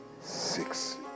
Six